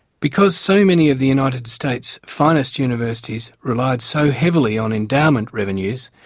because so many of the united states' finest universities relied so heavily on endowment revenues,